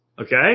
okay